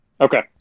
Okay